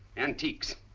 antiques.